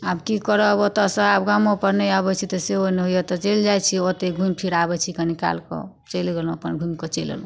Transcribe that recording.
आब की करब ओतऽसँ आब गामोपर नहि आबै छी तऽ सेहो नहि होइए चलि जाइ छी ओतै घूमि फिर आबै छी कनिकाल कऽ चलि गेलहुँ अपन घुमिकऽ चलि अयलहुँ